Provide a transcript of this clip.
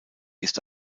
ist